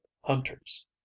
hunters